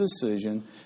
decision